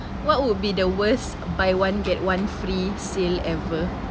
what would be the worst buy one get one free sale ever